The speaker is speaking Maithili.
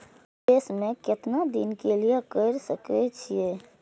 निवेश में केतना दिन के लिए कर सके छीय?